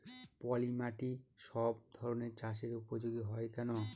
পলিমাটি সব ধরনের চাষের উপযোগী হয় কেন?